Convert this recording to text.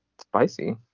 Spicy